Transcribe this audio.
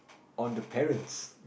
on the parents